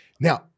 Now